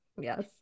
yes